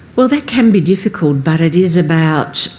well, that can be difficult but it is about,